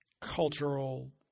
cultural